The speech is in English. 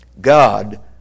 God